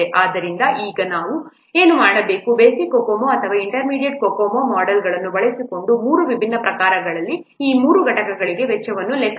ಆದ್ದರಿಂದ ಈಗ ನಾವು ಏನು ಮಾಡಬೇಕು ಬೇಸಿಕ್ COCOMO ಅಥವಾ ಇಂಟರ್ಮೀಡಿಯೇಟ್ COCOMO ಮೊಡೆಲ್ ಅನ್ನು ಬಳಸಿಕೊಂಡು ಮೂರು ವಿಭಿನ್ನ ಪ್ರಕಾರಗಳಾಗಿರುವ ಈ ಮೂರು ಘಟಕಗಳಿಗೆ ವೆಚ್ಚವನ್ನು ಲೆಕ್ಕಹಾಕಿ ಅಥವಾ ವೆಚ್ಚವನ್ನು ಅಂದಾಜು ಮಾಡಿ